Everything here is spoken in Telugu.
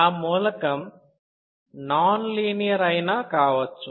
ఆ మూలకం నాన్ లీనియర్ అయినా కావచ్చు